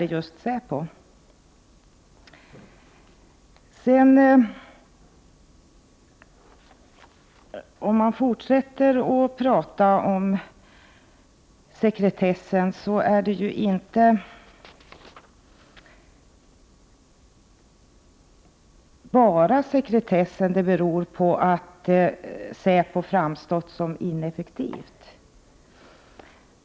Det beror dock inte bara på den dåliga sekretessen att säpo har framstått som ineffektiv.